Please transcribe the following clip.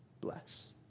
bless